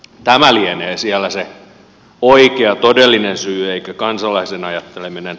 tämä lienee siellä se oikea todellinen syy eikä kansalaisen ajatteleminen